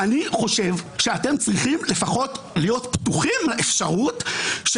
אני חושב שאתם צריכים לפחות להיות פתוחים לאפשרות,